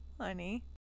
honey